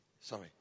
Sorry